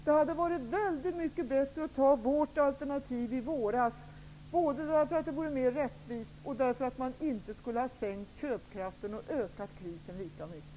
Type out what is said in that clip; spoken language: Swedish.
Det hade varit väldigt mycket bättre att anta vårt alternativ i våras både därför att det var mer rättvist och därför att man inte skulle ha minskat köpkraften och förvärrat krisen i motsvarande mån.